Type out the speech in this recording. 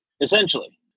essentially